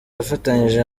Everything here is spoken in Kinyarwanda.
afatanyije